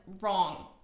wrong